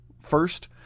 First